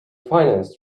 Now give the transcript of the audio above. financed